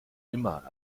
immer